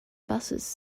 busses